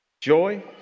Joy